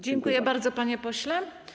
Dziękuję bardzo, panie pośle.